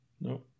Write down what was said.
No